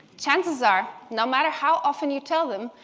chances are, no matter how often you tell them,